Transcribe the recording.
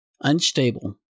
unstable